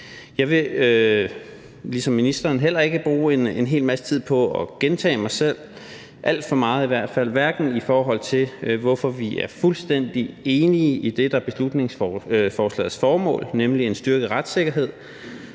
Jeg vil ligesom ministeren heller ikke bruge en hel masse tid på at gentage mig selv – ikke alt for meget, i hvert fald – hverken i forhold til hvorfor vi er fuldstændig enige i det, der er beslutningsforslagets formål, nemlig en styrket retssikkerhed,